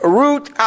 route